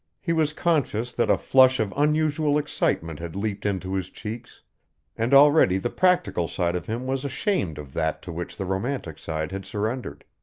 he was conscious that a flush of unusual excitement had leaped into his cheeks and already the practical side of him was ashamed of that to which the romantic side had surrendered.